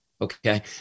Okay